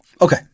Okay